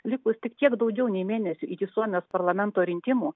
likus tik kiek daugiau nei mėnesiui iki suomijos parlamento rinkimų